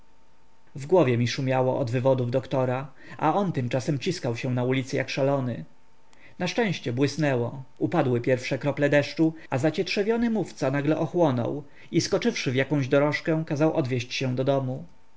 w głowie mi szumiało od wywodów doktora a on tymczasem ciskał się na ulicy jak szalony na szczęście błysnęło upadły pierwsze krople deszczu a zacietrzewiony mówca nagle ochłonął i skoczywszy w jakąś dorożkę kazał odwieść się do domu